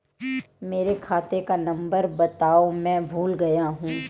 मेरे खाते का नंबर बताओ मैं भूल गया हूं